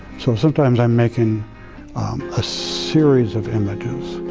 so sometimes i am making a series of images.